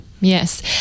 Yes